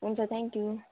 हुन्छ थ्याङ्क्यु